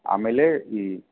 ಆಮೇಲೆ ಈ